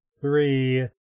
three